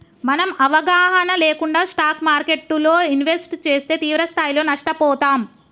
మనం అవగాహన లేకుండా స్టాక్ మార్కెట్టులో ఇన్వెస్ట్ చేస్తే తీవ్రస్థాయిలో నష్టపోతాం